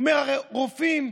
רופאים,